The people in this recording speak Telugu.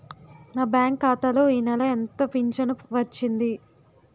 నా బ్యాంక్ ఖాతా లో ఈ నెల ఎంత ఫించను వచ్చింది?